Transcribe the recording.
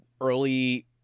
early